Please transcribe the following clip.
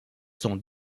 sont